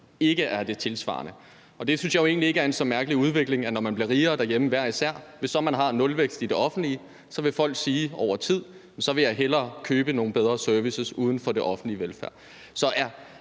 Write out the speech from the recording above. ikke tilsvarende bliver flere. Det synes jeg jo egentlig ikke er en så mærkelig udvikling, nemlig at når man bliver rigere derhjemme hver især, og at hvis man så har en nulvækst i det offentlige, vil folk over tid sige: Så vil jeg hellere købe nogle bedre services uden for den offentlige velfærd.